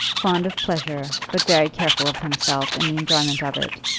fond of pleasure, but very careful of himself in the enjoyment of it,